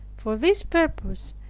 for this purpose,